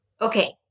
okay